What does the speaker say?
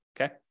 okay